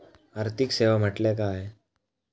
आर्थिक सेवा म्हटल्या काय?